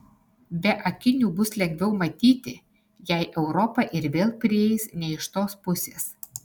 be akinių bus lengviau matyti jei europa ir vėl prieis ne iš tos pusės